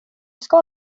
ska